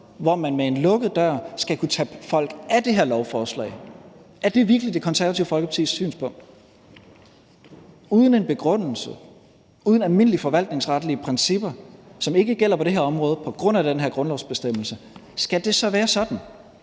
hvor man bag en lukket dør skal kunne tage folk af det her lovforslag. Er det virkelig Det Konservative Folkepartis synspunkt? Uden en begrundelse og uden almindelige forvaltningsretlige principper, som ikke gælder på det her område på grund af den her grundlovsbestemmelse, skal det så være sådan,